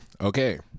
Okay